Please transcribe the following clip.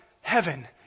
Heaven